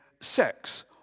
sex